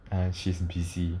ah she's busy